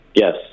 Yes